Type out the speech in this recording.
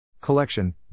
Collection